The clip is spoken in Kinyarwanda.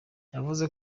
yavuze